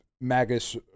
magus